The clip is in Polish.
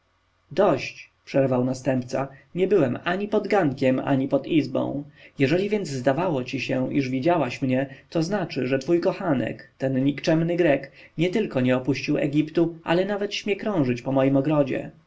dość przerwał następca nie byłem ani pod gankiem ani pod izbą jeżeli więc zdawało ci się iż widziałaś mnie to znaczy że twój kochanek ten nikczemny grek nietylko nie opuścił egiptu ale nawet śmie krążyć po moim ogrodzie